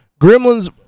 Gremlins